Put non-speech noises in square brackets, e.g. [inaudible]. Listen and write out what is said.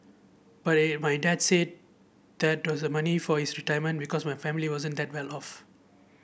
but [unintelligible] my dad said that was the money for his retirement because my family wasn't that well off